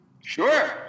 Sure